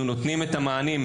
יואל, אתה בעצמך מכיר מקרים.